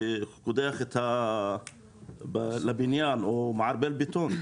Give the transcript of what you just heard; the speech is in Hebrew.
שקודחים לבניין או מערבל בטון.